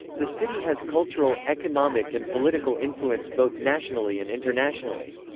the city has cultural, economic and political influence both nationally and internationally.